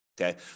Okay